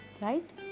Right